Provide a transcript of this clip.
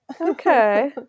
Okay